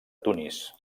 tunis